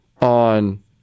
on